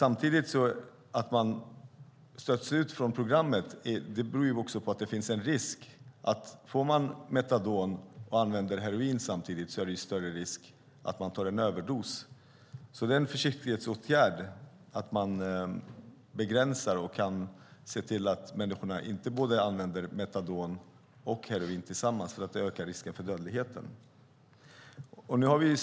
Att man stöts ut från programmet beror också på att det finns en större risk för överdos om man får metadon och samtidigt använder heroin. Det är alltså en försiktighetsåtgärd som gör att man begränsar det här och ser till att människor inte använder metadon och heroin tillsammans, för det ökar risken för dödlighet.